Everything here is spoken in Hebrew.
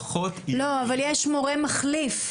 פחות ימים, --- לא, אבל יש מורה מחליף.